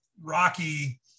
rocky